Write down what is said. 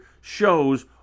shows